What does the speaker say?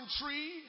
tree